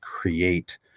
create